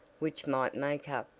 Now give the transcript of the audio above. which might make up,